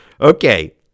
Okay